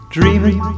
Dreaming